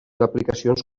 aplicacions